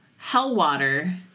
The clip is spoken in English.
Hellwater